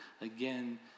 again